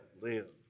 live